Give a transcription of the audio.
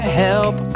help